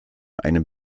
einem